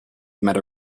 meta